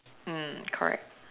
mm correct